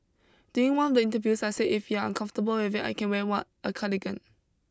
during one of the interviews I say if you're uncomfortable with it I can wear what a cardigan